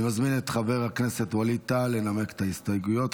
אני מזמין את חבר הכנסת ווליד טאהא לנמק את ההסתייגויות.